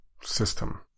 system